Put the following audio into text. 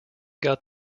got